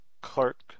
Clark